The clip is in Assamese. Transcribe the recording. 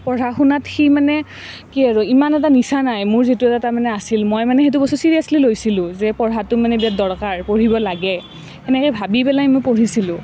পঢ়া শুনাত সি মানে কি আৰু ইমান এটা নিচা নাই মোৰ যিটো এটা তাৰমানে আছিল মই মানে সেইটো বস্তু ছিৰিয়াছলী লৈছিলোঁ যে পঢ়াটো মানে বিৰাট দৰকাৰ পঢ়িব লাগে সেনেকৈ ভাবি পেলাই মই পঢ়িছিলোঁ